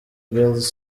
girls